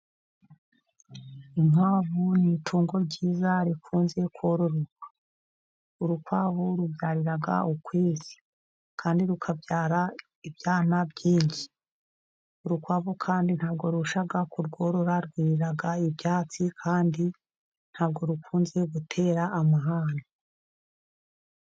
Inkwavu ni itungo ryiza rikunze kororoka. Urukwavu rubyarira ukwezi, kandi rukabyara ibyana byinshi. Urukwavu kandi nta bwo rurushya kurworora, rwiirira ibyatsi, kandi nta bwo rukunze gutera amahane.